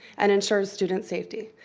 and ensures student safety.